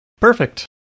perfect